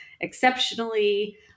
exceptionally